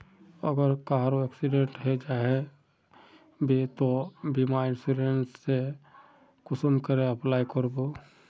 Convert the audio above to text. अगर कहारो एक्सीडेंट है जाहा बे तो बीमा इंश्योरेंस सेल कुंसम करे अप्लाई कर बो?